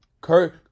Kurt